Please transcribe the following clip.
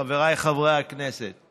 חבריי חברי הכנסת,